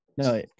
No